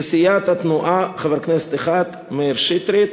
לסיעת התנועה, חבר כנסת אחד: מאיר שטרית.